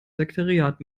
sekretariat